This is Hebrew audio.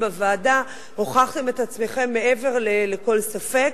בוועדה הוכחתם את עצמכם מעבר לכל ספק.